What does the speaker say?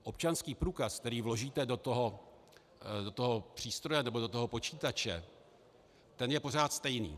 Občanský průkaz, který vložíte do toho přístroje nebo do počítače, ten je pořád stejný.